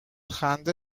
خنده